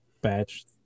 Batch